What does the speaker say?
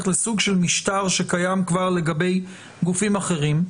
לסוג של משטר שקיים כבר לגבי גופים אחרים.